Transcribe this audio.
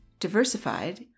diversified